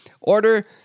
Order